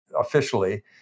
officially